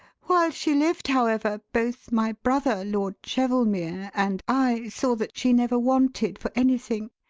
while she lived, however, both my brother, lord chevelmere, and i saw that she never wanted for anything.